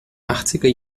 achtziger